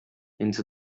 into